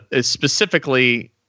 specifically